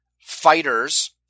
fighters